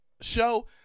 show